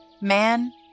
Man